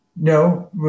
no